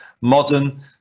modern